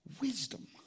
wisdom